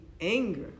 anger